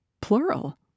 plural